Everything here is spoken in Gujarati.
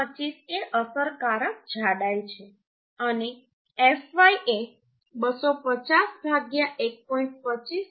25 એ અસરકારક જાડાઈ છે અને fy એ 250 1